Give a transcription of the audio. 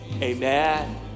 amen